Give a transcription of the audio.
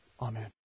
Amen